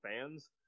fans